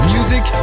Music